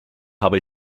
habe